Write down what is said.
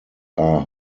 are